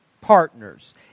Partners